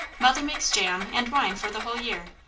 mother makes jam and wine for the whole year,